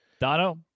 Dono